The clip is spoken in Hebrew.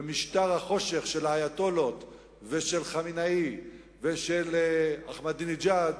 ומשטר החושך של האייטולות ושל חמינאי ושל אחמדינג'אד